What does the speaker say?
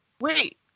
wait